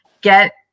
get